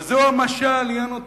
אבל זה המשל, היא הנותנת.